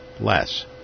less